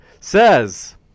says